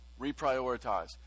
reprioritize